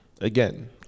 Again